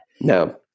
No